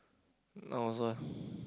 now also eh